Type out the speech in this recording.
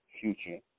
future